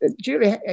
Julie